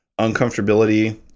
uncomfortability